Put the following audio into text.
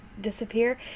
disappear